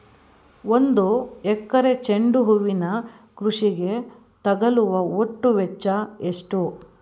ಒಂದು ಎಕರೆ ಚೆಂಡು ಹೂವಿನ ಕೃಷಿಗೆ ತಗಲುವ ಒಟ್ಟು ವೆಚ್ಚ ಎಷ್ಟು?